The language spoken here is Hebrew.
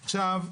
עכשיו,